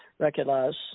Recognize